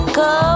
go